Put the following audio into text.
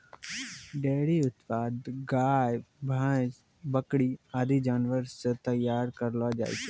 dairy उत्पाद गाय, भैंस, बकरी आदि जानवर सें तैयार करलो जाय छै